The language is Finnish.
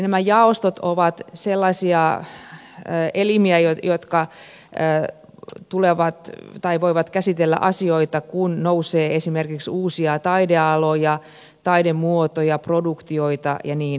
nämä jaostot ovat sellaisia elimiä jotka voivat käsitellä asioita kun nousee esimerkiksi uusia taidealoja taidemuotoja produktioita ja niin edelleen